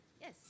Yes